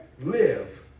live